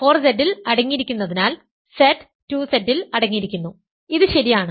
2Z 4Z ൽ അടങ്ങിയിരിക്കുന്നതിനാൽ Z 2Z ൽ അടങ്ങിയിരിക്കുന്നു ഇത് ശരിയാണ്